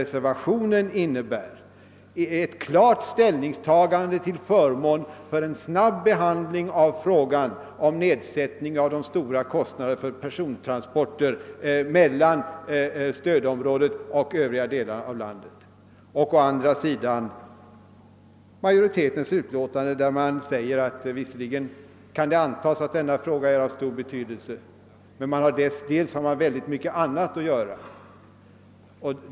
Reservationen innebär ett klart ställningstagande till förmån för en snabb behandling av frågan om nedsättning av de stora kostnaderna för persontransporter mellan stödområdet och övriga delar av landet, medan utskottsmajoriteten säger att det visserligen kan antas att frågan är av stor betydelse, men att det finns mycket annat att göra.